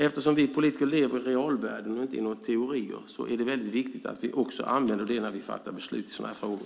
Eftersom vi politiker lever i realvärlden och inte i några teorier är det viktigt att vi ser det när vi fattar beslut i sådana här frågor.